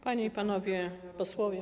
Panie i Panowie Posłowie!